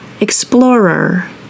Explorer